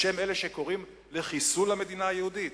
בשם אלה שקוראים לחיסול המדינה היהודית?